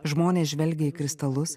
žmonės žvelgia į kristalus